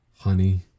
honey